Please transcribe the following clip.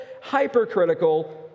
hypercritical